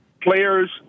Players